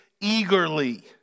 eagerly